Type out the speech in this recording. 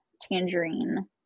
tangerine